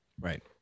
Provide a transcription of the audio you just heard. Right